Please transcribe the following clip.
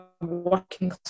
working